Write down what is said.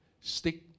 stick